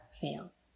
fails